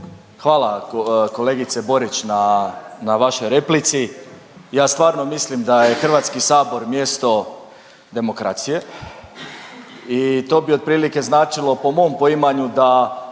Hvala kolegice Borić na vašoj replici. Ja stvarno mislim da je Hrvatski sabor mjesto demokracije i to bi otprilike značilo po mom poimanju da